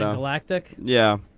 um galactic? yeah,